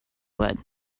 would